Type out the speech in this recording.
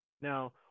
Now